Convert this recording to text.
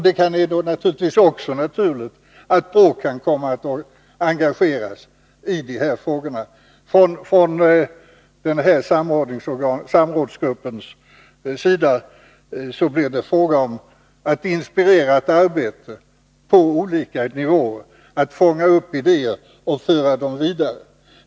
Det är då också naturligt att BRÅ kan komma att engageras i de här frågorna. Från samrådsgruppens sida blir det fråga om att inspirera ett arbete på olika nivåer, att fånga upp idéer och föra dem vidare.